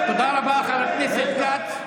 תודה רבה, חבר הכנסת כץ.